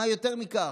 מה יותר מכך?